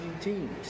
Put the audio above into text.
teams